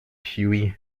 hughie